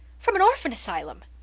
from an orphan asylum!